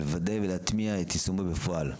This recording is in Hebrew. לוודא ולהטמיע את יישומו בפועל.